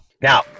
Now